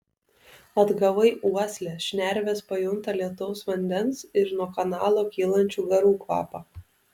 atgavai uoslę šnervės pajunta lietaus vandens ir nuo kanalo kylančių garų kvapą